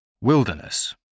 Wilderness